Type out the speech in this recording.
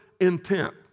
intent